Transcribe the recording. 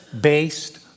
based